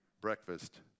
breakfast